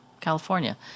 California